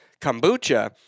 Kombucha